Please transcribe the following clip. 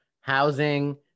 housing